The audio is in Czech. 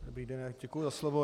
Dobrý den, děkuji za slovo.